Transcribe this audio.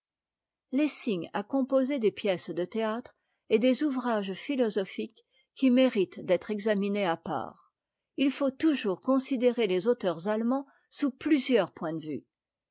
lessing a composé des pièces de théâtre et des ouvrages philosophiques qui méritent d'être examinés à part il faut toujours considérer les auteurs allemands sous plusieurs points de vue